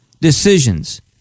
decisions